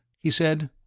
he said,